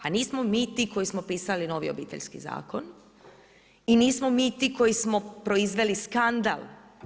Pa nismo mi ti koji smo pisali novi Obiteljski zakon i nismo mi ti koji smo proizveli skandal.